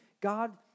God